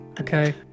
okay